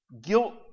Guilt